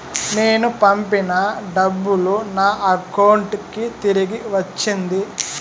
నేను పంపిన డబ్బులు నా అకౌంటు కి తిరిగి వచ్చింది